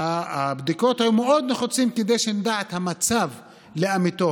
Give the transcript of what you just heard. הבדיקות היו מאוד נחוצות כדי שנדע את המצב לאמיתו.